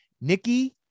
Nikki